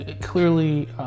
clearly